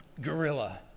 gorilla